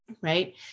right